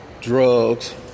drugs